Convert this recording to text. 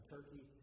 Turkey